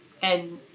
and